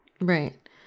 Right